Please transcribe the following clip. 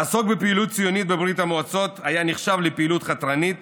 לעסוק בפעילות ציונית בברית המועצות נחשב לפעילות חתרנית